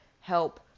help